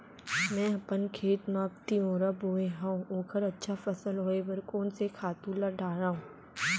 मैं अपन खेत मा तिंवरा बोये हव ओखर अच्छा फसल होये बर कोन से खातू ला डारव?